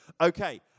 Okay